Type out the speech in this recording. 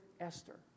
Esther